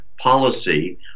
policy